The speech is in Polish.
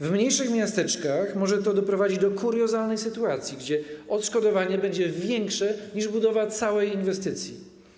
W mniejszych miasteczkach może to doprowadzić do kuriozalnej sytuacji, gdzie odszkodowanie będzie większe niż budowa całej inwestycji.